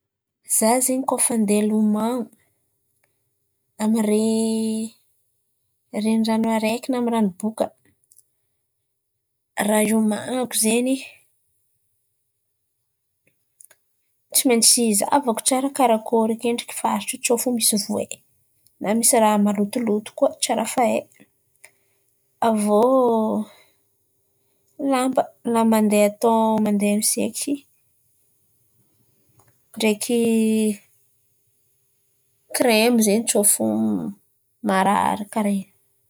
Izaho zen̈y kôa efa andeha hiloman̈o amin'ny renirano araiky na rano boka, ràha hioman̈ako zen̈y. Tsy maintsy zàhavako tsara karakôry akendriky faritry io sao fo misy voay na misy ràha malotoloto koà tsy ary fa hay. Avy iô lamba, lamba andeha atao mandeha miseky ndraiky kremo zen̈y tsao fo marary kàra in̈y.